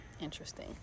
interesting